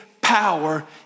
power